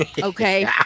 Okay